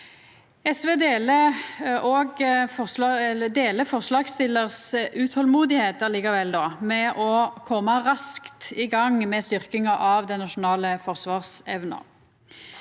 SV deler forslagsstillaranes utolmod etter å koma raskt i gang med styrkinga av den nasjonale forsvarsevna,